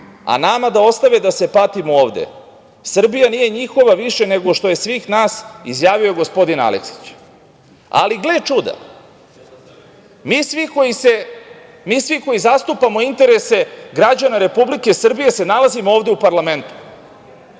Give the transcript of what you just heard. a nama da ostave da se patimo ovde. Srbija nije njihova više nego što je svih nas“. To je izjavio gospodin Aleksić. Ali, gle čuda, mi svi koji zastupamo interese građana Republike Srbije se nalazimo ovde u parlamentu.